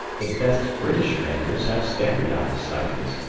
the best british makers have standardised sizes,